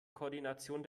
koordination